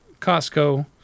Costco